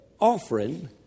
offering